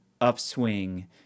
upswing